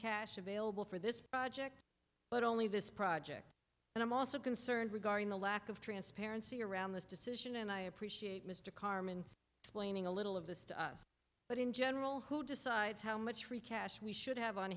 cash available for this project but only this project and i'm also concerned regarding the lack of transparency around this decision and i appreciate mr carmine explaining a little of this to us but in general who decides how much free cash we should have on